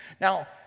now